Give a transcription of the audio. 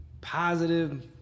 positive